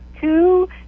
two